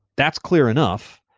that's clear enough.